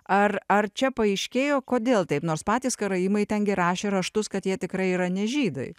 ar ar čia paaiškėjo kodėl taip nors patys karaimai tengi rašė raštus kad jie tikrai yra ne žydai